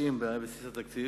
294 מיליון זה בבסיס התקציב.